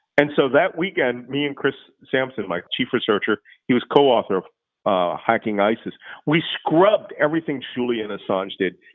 and so that weekend, me and chris sampson, my chief researcher he was co-author of hacking isis we scrubbed everything julian assange did,